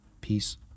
peace